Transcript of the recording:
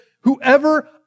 Whoever